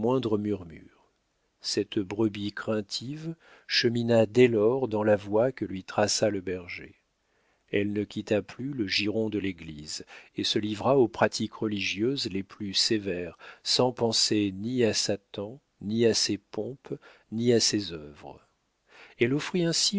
murmure cette brebis craintive chemina dès lors dans la voie que lui traça le berger elle ne quitta plus le giron de l'église et se livra aux pratiques religieuses les plus sévères sans penser ni à satan ni à ses pompes ni à ses œuvres elle offrit ainsi